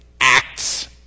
acts